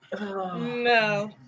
No